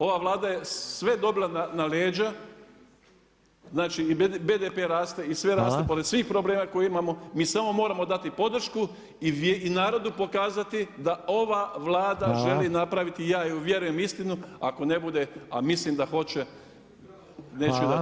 Ova Vlada je sve dobila na leđa, znači i BDP raste i sve raste, pored svih problema koje imamo, mi samo moramo dati podršku i narodu pokazati da ova Vlada želi napraviti i ja vjerujem istinu, ako ne bude, a mislim da hoće, neću dati potporu.